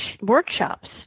workshops